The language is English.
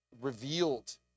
revealed